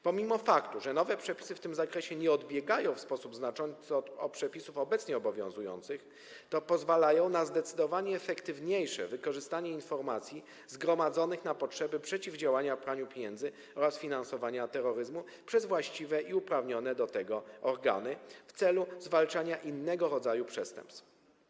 Pomimo faktu, że nowe przepisy w tym zakresie nie odbiegają w sposób znaczący od przepisów obecnie obowiązujących, pozwalają na zdecydowanie efektywniejsze wykorzystanie informacji zgromadzonych na potrzeby przeciwdziałania praniu pieniędzy oraz finansowaniu terroryzmu przez właściwe i uprawnione do tego organy w celu zwalczania innego rodzaju przestępstw.